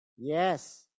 Yes